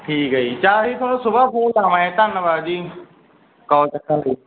ਠੀਕ ਹੈ ਜੀ ਚੱਲ ਅਸੀ ਤੁਹਾਨੂੰ ਸੁਬਾ ਫੋਨ ਲਾਵਾਂਗੇ ਧੰਨਵਾਦ ਜੀ ਕਾਲ ਚੁੱਕਣ ਲਈ